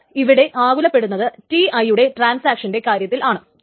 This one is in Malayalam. നമ്മൾ ഇവിടെ ആകുലപ്പെടുന്നത് Ti യുടെ ട്രാൻസാക്ഷൻറെ കാര്യത്തിലാണ്